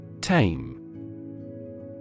Tame